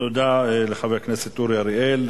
תודה לחבר הכנסת אורי אריאל.